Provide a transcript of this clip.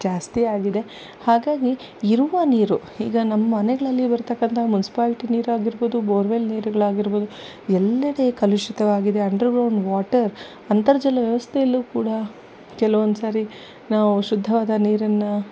ಜಾಸ್ತಿ ಆಗಿದೆ ಹಾಗಾಗಿ ಇರುವ ನೀರು ಹೀಗ ನಮ್ಮಮನೆಗಳಲ್ಲಿ ಬರ್ತಕ್ಕಂಥ ಮುನ್ಸಿಪಾಲ್ಟಿ ನೀರಾಗಿರ್ಬೋದು ಬೋರ್ವೆಲ್ ನೀರುಗಳಾಗಿರ್ಬೋದು ಎಲ್ಲೆಡೆ ಕಲುಷಿತವಾಗಿದೆ ಅಂಡರ್ ಗ್ರೌಂಡ್ ವಾಟರ್ ಅಂತರ್ಜಲ ವ್ಯವಸ್ಥೆಯಲ್ಲೂ ಕೂಡ ಕೆಲವೊಂದ್ಸರಿ ನಾವು ಶುದ್ಧವಾದ ನೀರನ್ನು